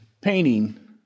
painting